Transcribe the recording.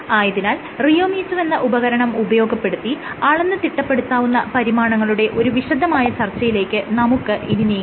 ആയതിനാൽ റിയോമീറ്റർ എന്ന ഉപകരണം ഉപയോഗപ്പെടുത്തി അളന്ന് തിട്ടപ്പെടുത്താവുന്ന പരിമാണങ്ങളുടെ ഒരു വിശദമായ ചർച്ചയിലേക്ക് നമുക്ക് ഇനി നീങ്ങാം